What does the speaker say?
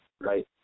right